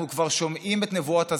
אנחנו כבר שומעים את נבואות הזעם,